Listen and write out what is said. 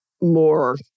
more